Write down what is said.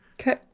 okay